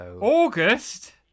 August